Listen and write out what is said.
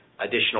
additional